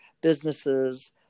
businesses